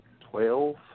twelve